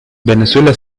venezuela